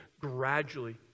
gradually